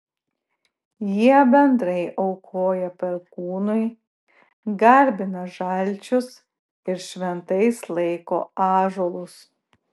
jie bendrai aukoja perkūnui garbina žalčius ir šventais laiko ąžuolus